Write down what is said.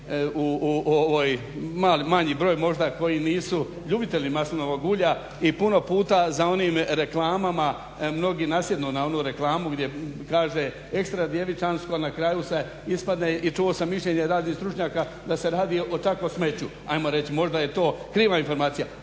u ovoj, manji broj možda koji nisu ljubitelji maslinovog ulja i puno puta za onim reklamama mnogi nasjednu na onu reklamu gdje kaže ekstra djevičansko, a na kraju ispadne i čuo sam mišljenje raznih stručnjaka da se radi čak o smeću ajmo reći. Možda je to kriva informacija.